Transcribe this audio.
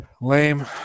Lame